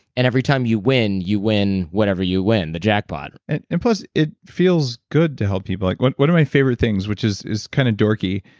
and every time you win, you win whatever you win, the jackpot and and plus it feels good to help people like one of my favorite things, which is is kind of dorky.